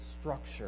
structure